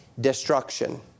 destruction